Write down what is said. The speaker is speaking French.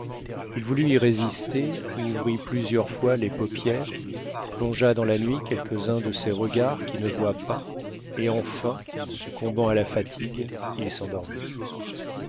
il voulut y résister ouvrit plusieurs fois les paupières plongea dans la nuit quelques-uns de ces regards qui ne voient pas et enfin succombant à la fatigue il s'endormit